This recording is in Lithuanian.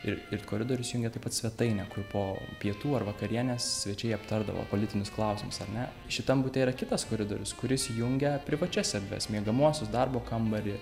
ir ir koridorius jungia taip pat svetainę kur po pietų ar vakarienės svečiai aptardavo politinius klausimus ar ne šitam bute yra kitas koridorius kuris jungia privačias erdves miegamuosius darbo kambarį